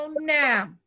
now